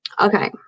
Okay